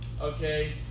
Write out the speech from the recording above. okay